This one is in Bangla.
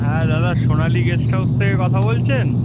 হ্যাঁ দাদা সোনালি গেস্ট হাউস থেকে কথা বলছেন